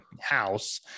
house